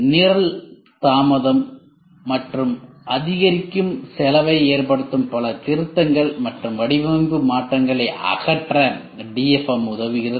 நிரல் தாமதம் மற்றும் அதிகரிக்கும் செலவை ஏற்படுத்தும் பல திருத்தங்கள் மற்றும் வடிவமைப்பு மாற்றங்களை அகற்ற DFM உதவுகிறது